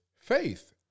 faith